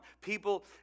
People